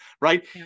right